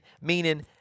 meaning